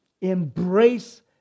embrace